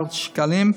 מיליארד שקלים,